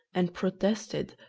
and protested,